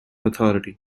authority